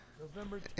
November